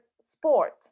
sport